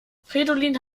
fridolin